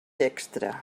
extra